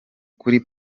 kuri